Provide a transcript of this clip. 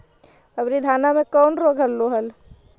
अबरि धाना मे कौन रोग हलो हल?